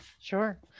Sure